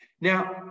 Now